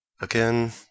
Again